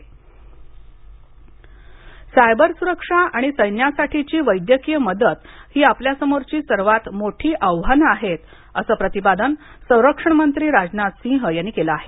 Rajnath cyber सुरक्षा आणि सैन्यासाठीची वैद्यकीय मदत ही आपल्यासमोरची सर्वात मोठी आव्हानं आहेत असं प्रतिपादन संरक्षण मंत्री राजनाथ सिंग यांनी केलं आहे